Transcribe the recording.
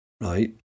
right